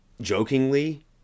jokingly